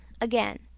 Again